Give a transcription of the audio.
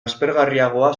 aspergarriagoa